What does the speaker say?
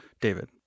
David